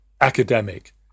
academic